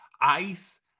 ice